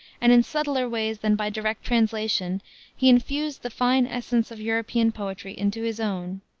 and in subtler ways than by direct translation he infused the fine essence of european poetry into his own.